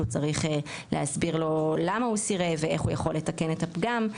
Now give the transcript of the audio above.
שהוא צריך להסביר לו למה הוא סירב ואיך הוא יכול לתקן את הפגם,